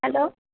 hello